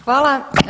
Hvala.